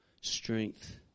strength